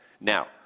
Now